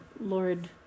Lord